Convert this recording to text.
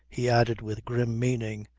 he added with grim meaning.